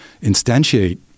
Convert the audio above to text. instantiate